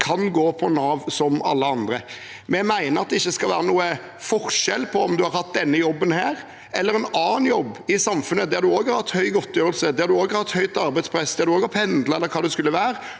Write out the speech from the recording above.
kan gå på Nav som alle andre. Vi mener at det ikke skal være noen forskjell på om man har hatt denne jobben eller en annen jobb i samfunnet der man også har hatt høy godtgjørelse, der man også har hatt høyt arbeidspress, der man også har pendlet eller hva det skulle være.